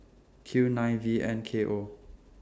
Q nine V N K O